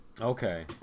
Okay